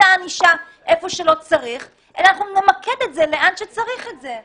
הענישה איפה שלא צריך אלא אנחנו נמקד את זה לאן שצריך את זה.